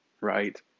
Right